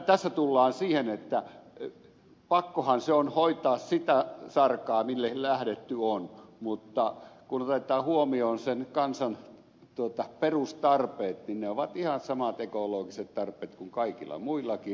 tässä tullaan siihen että pakkohan se on hoitaa sitä sarkaa mille lähdetty on mutta kun otetaan huomioon sen kansan perustarpeet niin ne ovat ihan samat ekologiset tarpeet kuin kaikilla muillakin